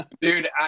Dude